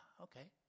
okay